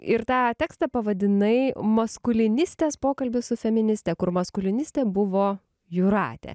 ir tą tekstą pavadinai maskulinistės pokalbis su feministe kur maskulinistė buvo jūratė